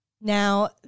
Now